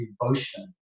devotion